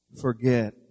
forget